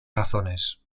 razones